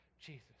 Jesus